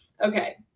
Okay